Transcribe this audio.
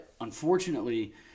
unfortunately